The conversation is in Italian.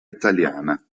italiana